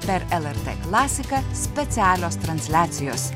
per lrt klasiką specialios transliacijos